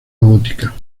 gótica